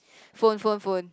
phone phone phone